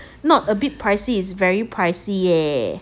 not a bit pricey is very pricey yeah